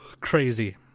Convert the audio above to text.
Crazy